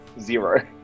zero